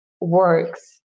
works